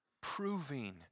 proving